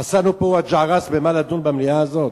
חסר לנו פה "וג'ע-ראס" במה לדון במליאה הזאת?